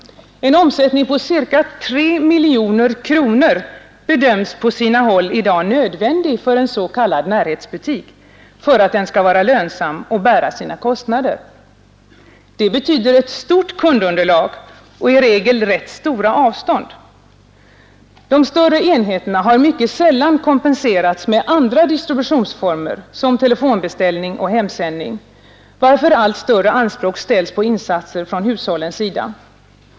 En omsättning på ca tre miljoner kronor bedöms på sina håll i dag nödvändig för en s.k. närhetsbutik för att den skall vara lönsam och bära sina kostnader. Det betyder ett stort kundunderlag och i regel rätt stora avstånd. De större enheterna har mycket sällan kompenserats med andra distributionsformer som telefonbeställning och hemsändning, varför allt större anspråk ställs på insatser från hushållens sida.